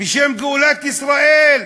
בשם גאולת ישראל.